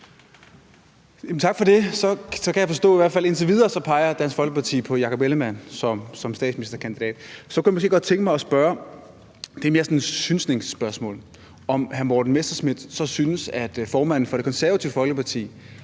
Tak for det. Så kan jeg forstå, at Dansk Folkeparti i hvert fald indtil videre peger på hr. Jakob Ellemann-Jensen som statsministerkandidat. Jeg kunne godt tænke mig at spørge om noget. Det er mere sådan et synsningsspørgsmål. Synes hr. Morten Messerschmidt så, at formanden for Det Konservative Folkeparti